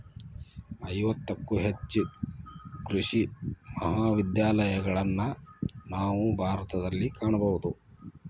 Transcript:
ಐವತ್ತಕ್ಕೂ ಹೆಚ್ಚು ಕೃಷಿ ಮಹಾವಿದ್ಯಾಲಯಗಳನ್ನಾ ನಾವು ಭಾರತದಲ್ಲಿ ಕಾಣಬಹುದು